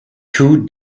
two